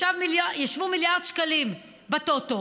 ישבו מיליארד שקלים בטוטו.